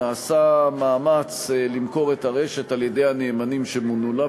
נעשה מאמץ למכור את הרשת על-ידי הנאמנים שמונו לה.